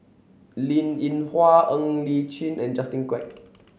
Linn In Hua Ng Li Chin and Justin Quek